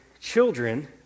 children